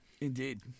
Indeed